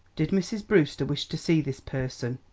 did mrs. brewster wish to see this person?